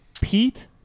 Pete